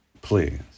Please